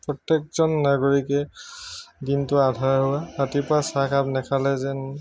প্ৰত্যেকজন নাগৰিকে দিনটো আধাৰুৱা ৰাতিপুৱা চাহকাপ নাখালে যেন